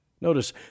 Notice